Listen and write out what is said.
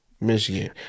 Michigan